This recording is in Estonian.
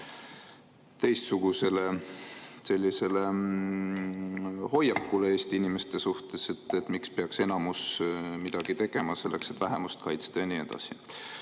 teistsugusele hoiakule Eesti inimeste suhtes – et miks peaks enamus midagi tegema selleks, et vähemust kaitsta, ja nii